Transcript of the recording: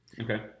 Okay